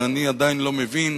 ואני עדיין לא מבין